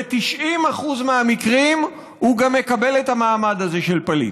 ב-90% מהמקרים הוא גם מקבל את המעמד הזה של פליט.